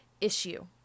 issue